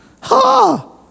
Ha